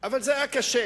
אבל זה היה קשה,